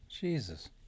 Jesus